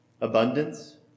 abundance